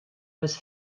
bis